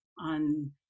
on